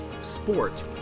sport